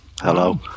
hello